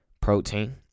protein